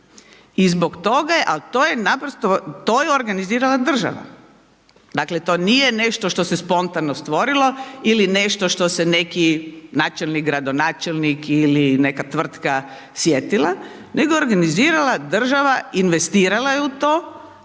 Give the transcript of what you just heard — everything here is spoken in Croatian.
I zbog toga je, al to je naprosto to je organizirana država. Dakle, to nije nešto što se spontano stvorilo ili nešto što se neki načelnik, gradonačelnik ili neka tvrtka sjetila nego organizirala država, investirala je u to,